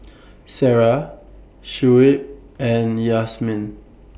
Sarah Shuib and Yasmin